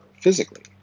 physically